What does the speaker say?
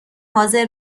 حاضر